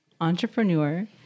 entrepreneur